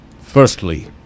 Firstly